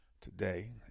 today